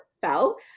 fell